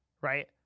right